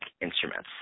instruments